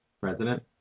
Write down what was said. President